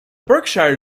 berkshire